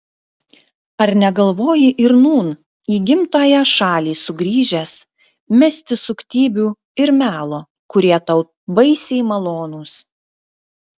ar negalvoji ir nūn į gimtąją šalį sugrįžęs mesti suktybių ir melo kurie tau baisiai malonūs